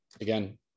Again